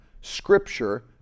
scripture